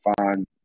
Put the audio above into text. fine